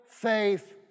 faith